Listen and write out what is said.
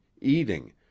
eating